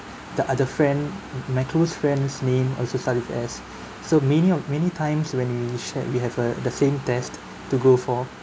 the other friend my close friend's name also starts with S so many of many times when we shared we have uh the same test to go for